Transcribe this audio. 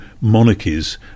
monarchies